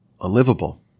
unlivable